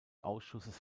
ausschusses